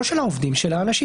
לא של העובדים אלא של האנשים.